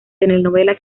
telenovela